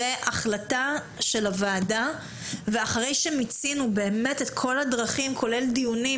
זו החלטה של הוועדה ואחרי שמיצינו באמת את כל הדרכים כולל דיונים